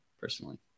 personally